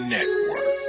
Network